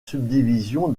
subdivision